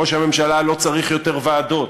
ראש הממשלה, לא צריך יותר ועדות.